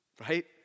right